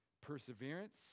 perseverance